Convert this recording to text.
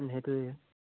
সেইটোৱে